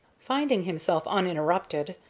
finding himself uninterrupted,